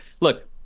look